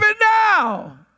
now